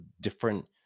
different